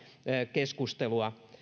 keskustelua